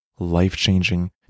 life-changing